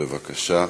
בבקשה.